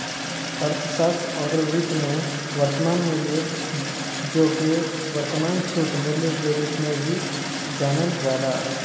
अर्थशास्त्र आउर वित्त में, वर्तमान मूल्य, जेके वर्तमान छूट मूल्य के रूप में भी जानल जाला